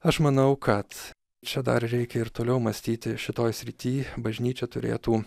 aš manau kad čia dar reikia ir toliau mąstyti šitoj srity bažnyčia turėtų